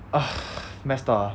ah messed up lah